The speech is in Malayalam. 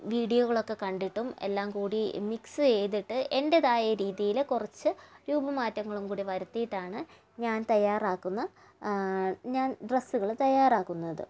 വീഡിയോകളൊക്കെ കണ്ടിട്ടും എല്ലാം കൂടി മിക്സ് ചെയ്തിട്ട് എൻ്റെതായ രീതിയില് കുറച്ച് രൂപമാറ്റങ്ങളും കൂടി വരുത്തീട്ടാണ് ഞാൻ തയ്യാറാക്കുന്ന ഞാൻ ഡ്രസ്സുകള് തയ്യാറാക്കുന്നത്